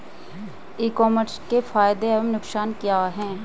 ई commerce के फायदे एवं नुकसान क्या हैं?